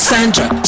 Sandra